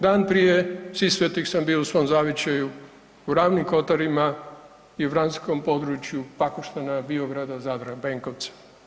Dan prije Sisvetih sam bio u svom zavičaju u Ravnim Kotarima i Vranskom području Pakoštana, Biograda, Zadra, Benkovca.